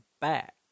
back